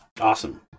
Awesome